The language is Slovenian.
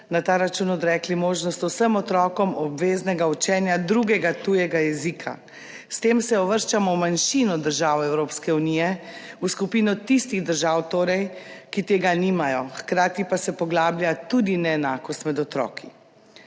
na ta račun odrekli vsem otrokom možnost obveznega učenja drugega tujega jezika. S tem se uvrščamo v manjšino držav Evropske unije, torej v skupino tistih držav, ki tega nimajo, hkrati pa se poglablja tudi neenakost med otroki.